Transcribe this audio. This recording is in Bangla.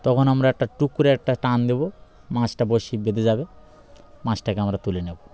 তখন আমরা একটা টুক করে একটা টান দেবো মাছটা বসি বেঁধে যাবে মাছটাকে আমরা তুলে নেবো